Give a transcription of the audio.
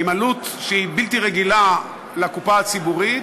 עם עלות שהיא בלתי רגילה לקופה הציבורית,